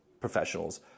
professionals